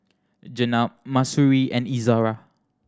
Jenab Mahsuri and Izara